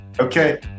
Okay